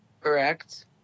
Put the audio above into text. Correct